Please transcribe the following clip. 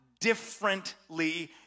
differently